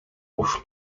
pošlu